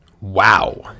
Wow